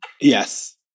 Yes